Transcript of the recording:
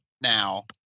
Now